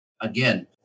Again